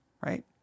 right